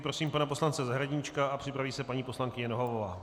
Prosím pana poslance Zahradníčka a připraví se paní poslankyně Nohavová.